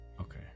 Okay